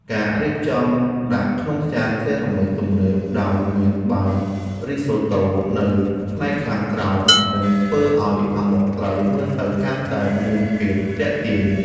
ការរៀបចំដាក់ក្នុងចានសេរ៉ាមិចទំនើបដោយមានបាយរីសូតូនៅផ្នែកខាងក្រោមនឹងធ្វើឱ្យអាម៉ុកត្រីមើលទៅកាន់តែមានភាពទាក់ទាញ។